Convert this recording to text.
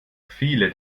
viele